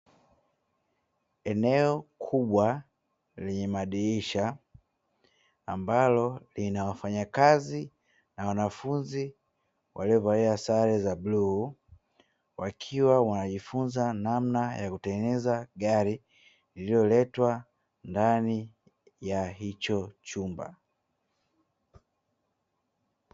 Eneo kubwa lenye madirisha, ambalo linawafanyakazi na wanafunzi waliovalia sare za bluu, wakiwa wanajifunza namna ya kutengeneza gari lililoletwa ndani ya hicho chumba.